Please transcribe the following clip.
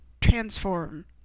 transform